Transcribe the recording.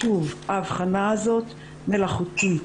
שוב האבחנה הזאת מלאכותית,